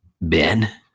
Ben